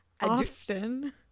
often